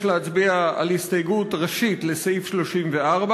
כל שאר ההסתייגויות, כולל לחלופין, לסעיף הזה,